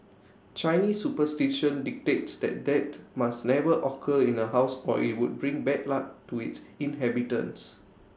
Chinese superstition dictates that death must never occur in A house or IT would bring bad luck to its inhabitants